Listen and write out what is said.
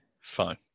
Fine